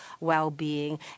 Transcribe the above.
well-being